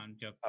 go